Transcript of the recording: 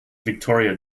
victoria